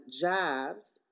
jobs